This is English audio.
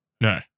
No